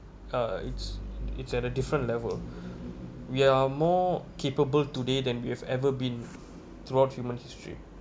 uh it's it's at a different level we are more capable today than we have ever been throughout human history